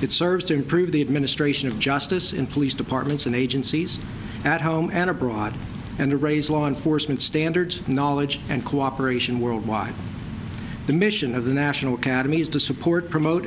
it serves to improve the administration of justice in police departments and agencies at home and abroad and to raise law enforcement standards knowledge and cooperation worldwide the mission of the national to me is to support promote